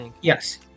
Yes